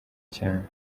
cyane